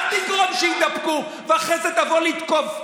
אל תגרום שיידבקו ואחרי זה תבוא לתקוף ותגיד: